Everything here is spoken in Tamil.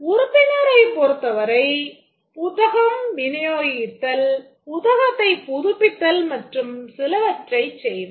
உறுப்பினர்களைப் பொருத்தவரை புத்தகம் விநியோகித்தல் புத்ததைப் புதுப்பித்தல் மற்றும் சிலவற்றைச் செய்வர்